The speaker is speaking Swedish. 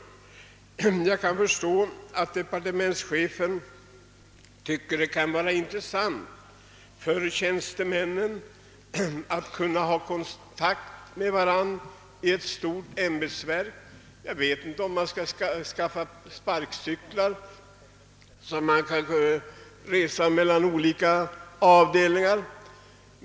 Jag kan förstå att departementschefen tycker att det kan vara intressant för tjänstemännen att ha kontakt med varandra i ett stort ämbetsverk. Jag vet inte om man borde skaffa sparkcyklar, så att de kunde förflytta sig mellan de olika avdelningarna.